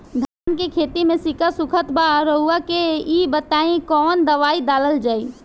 धान के खेती में सिक्का सुखत बा रउआ के ई बताईं कवन दवाइ डालल जाई?